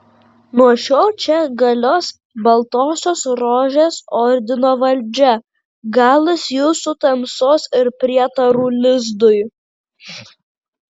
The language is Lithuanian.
nuo šiol čia galios baltosios rožės ordino valdžia galas jūsų tamsos ir prietarų lizdui